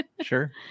Sure